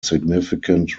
significant